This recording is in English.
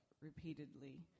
repeatedly